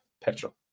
petrol